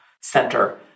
center